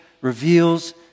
reveals